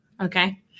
Okay